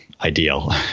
ideal